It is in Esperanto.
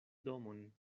domon